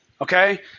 okay